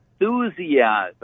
enthusiasm